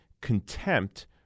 contempt